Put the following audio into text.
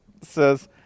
says